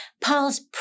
Paul's